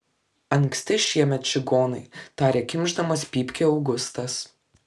anksti šiemet čigonai tarė kimšdamas pypkę augustas